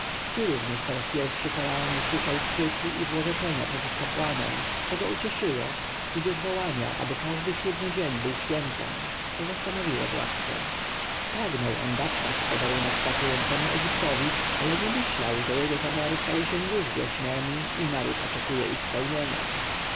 tu również po raz pierwszy faraon usłyszał krzyki i złorzeczenia przeciw kapłanom co go ucieszyło tudzież wołania aby każdy siódmy dzień był świętem co zastanowiło władcę pragnął on dać taki podarunek pracującemu egiptowi ale nie myślał że jego zamiary stały się już głośnemi i naród oczekuje ich spełnienia